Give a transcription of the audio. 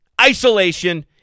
isolation